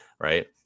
Right